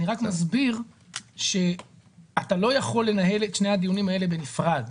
אני רק מסביר שאתה לא יכול לנהל את שני הדיונים האלה בנפרד,